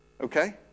okay